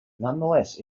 nonetheless